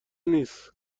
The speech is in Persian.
نیست